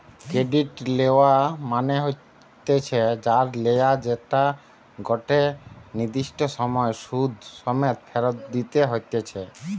credit লেওয়া মনে হতিছে ধার লেয়া যেটা গটে নির্দিষ্ট সময় সুধ সমেত ফেরত দিতে হতিছে